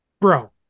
bro